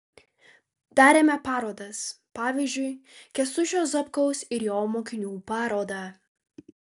darėme parodas pavyzdžiui kęstučio zapkaus ir jo mokinių parodą